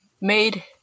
made